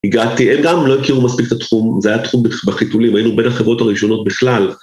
הגעתי, הם גם לא הכירו מספיק את התחום, זה היה תחום בחיתולים, היינו בין החברות הראשונות בכלל.